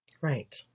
Right